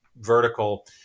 vertical